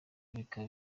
bikaba